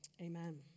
amen